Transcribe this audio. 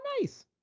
nice